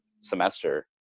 semester